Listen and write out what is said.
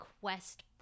quest